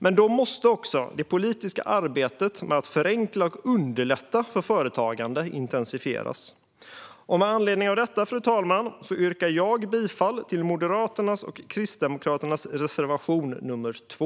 Men då måste också det politiska arbetet med att förenkla och underlätta för företagande intensifieras. Med anledning av detta, fru talman, yrkar jag bifall till Moderaternas och Kristdemokraternas reservation nr 2.